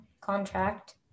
contract